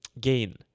Gain